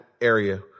area